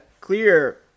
clear